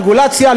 רגולציה,